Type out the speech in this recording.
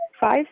five